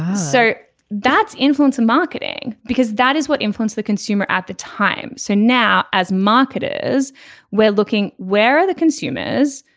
so that's influence and marketing because that is what influence the consumer at the time. so now as market is we're looking where are the consumers.